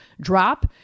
drop